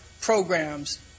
programs